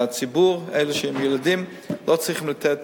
הציבור, אלה שיש להם ילדים, לא צריכים לתת